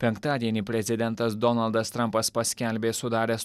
penktadienį prezidentas donaldas trampas paskelbė sudaręs